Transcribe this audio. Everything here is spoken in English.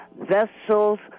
vessels